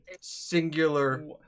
singular